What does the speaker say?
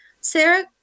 Sarah